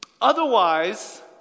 Otherwise